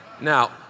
Now